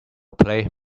play